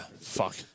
fuck